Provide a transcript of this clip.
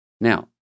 Now